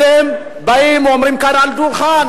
אתם באים ואומרים כאן על הדוכן,